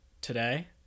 Today